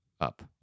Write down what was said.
up